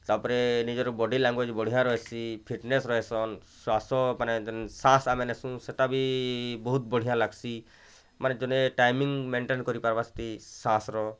ତା'ପରେ ନିଜର body language ବଢ଼ିଆ ରହେସି ଫିଟ୍ନେସ୍ ରହିସନ୍ ଶ୍ୱାସ ମାନେ ଯେନ୍ ଶାସ୍ ଆମେ ନେସୁଁ ସେଟା ବି ବହୁତ୍ ବଢ଼ିଆ ଲାଗ୍ସି ମାନେ ତୁନେ ଟାଇମିଙ୍ଗ ମେଣ୍ଟେନ୍ କରିପାର୍ବା ସେଠି ଶାସ୍ର